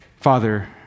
Father